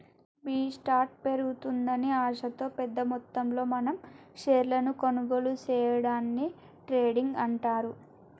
B స్టార్ట్ పెరుగుతుందని ఆశతో పెద్ద మొత్తంలో మనం షేర్లను కొనుగోలు సేయడాన్ని ట్రేడింగ్ అంటారు